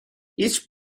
each